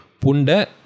Punda